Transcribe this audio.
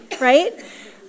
right